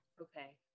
Okay